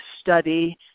study